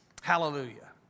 Hallelujah